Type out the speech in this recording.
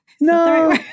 No